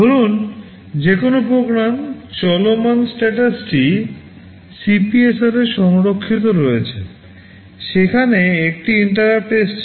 ধরুন যে কোনও প্রোগ্রাম চলমান স্ট্যাটাসটি CPSRএ সংরক্ষিত আছে সেখানে একটি INTERRUPT এসেছে